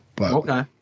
Okay